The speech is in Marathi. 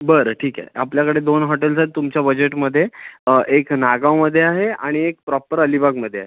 बरं ठीक आहे आपल्याकडे दोन हॉटेल्स आहेत तुमच्या बजेटमध्ये एक नागावमध्ये आहे आणि एक प्रॉपर अलिबागमध्ये आहे